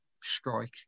strike